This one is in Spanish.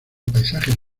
paisajes